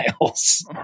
miles